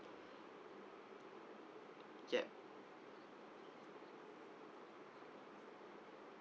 yup